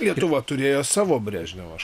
lietuva turėjo savo brežnevą